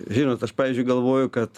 žinot aš pavyzdžiui galvoju kad